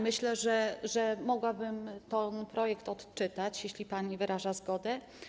Myślę, że mogłabym ten projekt odczytać, jeśli pani wyraża zgodę.